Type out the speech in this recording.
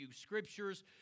scriptures